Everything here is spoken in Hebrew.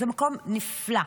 זה מקום נפלא,